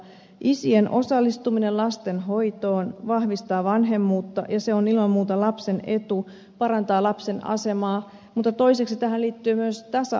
isien osallistuminen lasten hoitoon vahvistaa vanhemmuutta ja se on ilman muuta lapsen etu parantaa lapsen asemaa mutta toiseksi tähän liittyy myös tasa arvonäkökulma